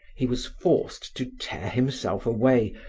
he was forced to tear himself away,